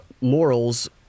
morals